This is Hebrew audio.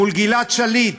מול גלעד שליט.